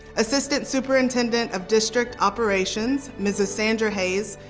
assistant superintendent of district operations. mrs. sandra hayes.